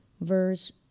verse